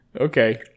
Okay